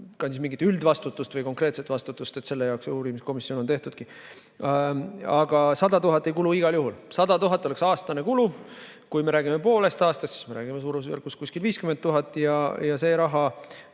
kandis mingit üldvastutust või konkreetset vastutust. Selle jaoks see uurimiskomisjon on tehtudki. Aga 100 000 ei kulu igal juhul, 100 000 oleks aastane kulu. Kui me räägime poolest aastast, siis me räägime suurusjärgus 50 000‑st. See raha,